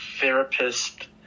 therapist